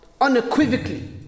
unequivocally